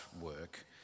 work